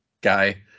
guy